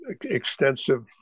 Extensive